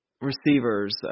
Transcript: receivers